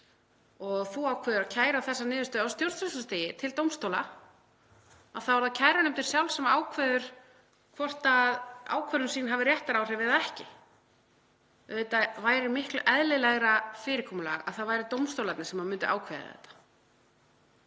ákveður að kæra þessa niðurstöðu á stjórnsýslustigi til dómstóla, þá er það kærunefndin sjálf sem ákveður hvort ákvörðun hennar hafi réttaráhrif eða ekki. Auðvitað væri miklu eðlilegra fyrirkomulag að það væru dómstólarnir sem myndu ákveða það.